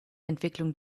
entwicklung